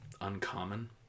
uncommon